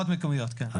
בבחירות מקומיות, כן.